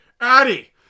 Addy